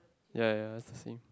ya ya is the same